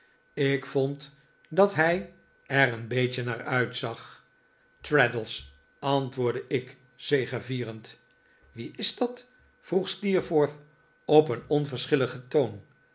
ik vond dat hij er een beetje naar uitzag traddles antwoordde ik zegevierend wie is dat vroeg steerforth op een david copperfield onverschilligen toon